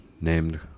named